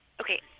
Okay